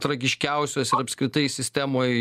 tragiškiausios ir apskritai sistemoj